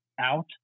out